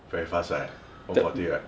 very fast right one forty right